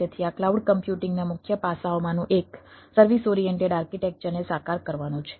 તેથી આ ક્લાઉડ કમ્પ્યુટિંગના મુખ્ય પાસાઓમાંનું એક સર્વિસ ઓરિએન્ટેડ આર્કિટેક્ચરને સાકાર કરવાનું છે